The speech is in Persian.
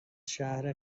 شهر